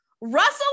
russell